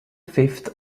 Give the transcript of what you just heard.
fifth